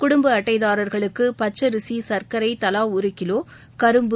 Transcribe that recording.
குடும்ப அட்டைதாரர்களுக்கு பச்சரிசி சர்க்கரை தவா ஒரு கிலோ கரும்பு